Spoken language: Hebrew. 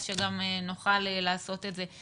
אז שגם נוכל לעשות את זה.